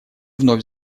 вновь